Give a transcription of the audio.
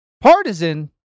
Partisan